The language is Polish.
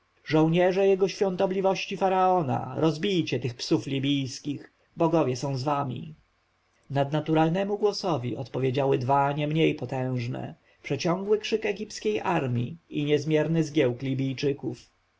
żołnierze jego świątobliwości faraona rozbijcie tych psów libijskich bogowie są z wami nadnaturalnemu głosowi odpowiedziały dwa niemniej potężne przeciągły okrzyk egipskiej armji i niezmierny zgiełk